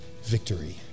victory